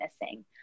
missing